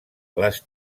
les